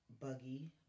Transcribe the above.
buggy